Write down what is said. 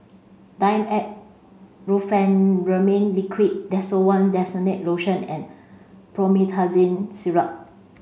Dimetapp Brompheniramine Liquid Desowen Desonide Lotion and Promethazine Syrup